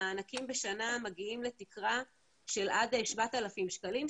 המענקים בשנה מגיעים לתקרה של עד 7,000 שקלים,